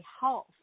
health